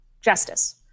justice